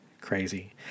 crazy